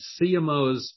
CMOs